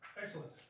Excellent